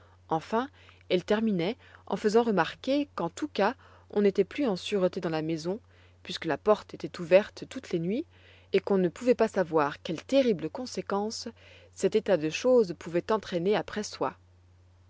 enfin elle terminait en faisant remarquer qu'en tous cas on n'était plus en sûreté dans la maison puisque la porte était ouverte toutes les nuits et qu'on ne pouvait pas savoir quelles terribles conséquences cet état de choses pouvait entraîner après soi